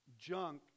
junk